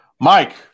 Mike